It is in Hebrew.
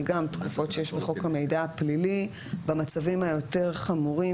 תקופות שיש בחוק המידע הפלילי במצבים היותר חמורים